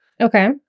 Okay